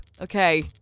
Okay